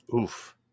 Oof